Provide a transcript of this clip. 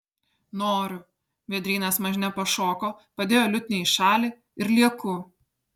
noriu vėdrynas mažne pašoko padėjo liutnią į šalį ir lieku